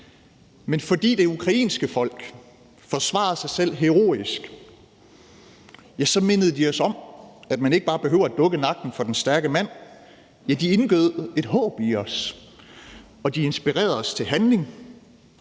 Men fordi det ukrainske folk forsvarede sig selv heroisk, mindede de os om, at man ikke bare behøver at dukke nakken for den stærke mand. De indgød et håb i os. De inspirerede os til handling,